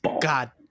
God